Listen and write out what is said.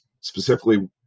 specifically